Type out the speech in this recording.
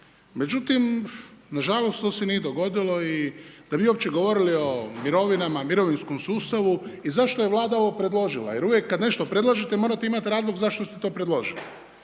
međutim, nažalost to se nije dogodilo i da bi uopće govorili o mirovina, mirovinskom sustavu i zašto je Vlada ovo predložila. Jer uvijek kad nešto predlažete morate imati razlog zašto ste to predložili.